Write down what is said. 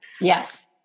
Yes